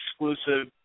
exclusive